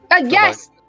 Yes